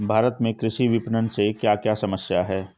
भारत में कृषि विपणन से क्या क्या समस्या हैं?